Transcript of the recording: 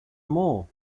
more